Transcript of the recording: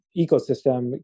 ecosystem